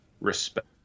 respect